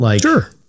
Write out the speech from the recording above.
Sure